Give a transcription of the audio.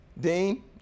Dean